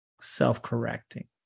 self-correcting